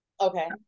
okay